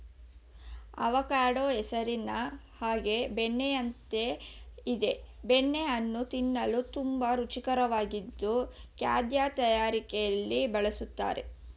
avocado ಹೆಸರಿನ ಹಾಗೆ ಬೆಣ್ಣೆಯಂತೆ ಇದೆ ಬೆಣ್ಣೆ ಹಣ್ಣು ತಿನ್ನಲು ತುಂಬಾ ರುಚಿಕರವಾಗಿದ್ದು ಖಾದ್ಯ ತಯಾರಿಕೆಲಿ ಬಳುಸ್ತರೆ